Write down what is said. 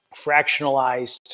fractionalized